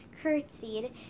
Curtsied